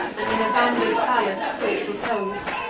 and in evander's palace sought repose.